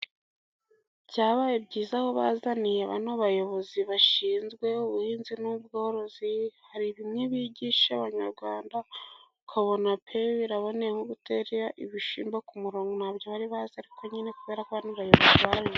Byabaye byiza aho bazaniye bano bayobozi bashinzwe ubuhinzi n’ubworozi. Hari bimwe bigisha Abanyarwanda, ukabona pe biraboneye, nko gutera ibishyimbo ku murongo, ntabyo bari bazi ariko nyine kubera ko bano bayobozi barabibigishije.